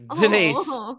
Denise